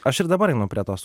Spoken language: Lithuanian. aš ir dabar einu prie tos